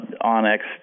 Onyx